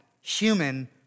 human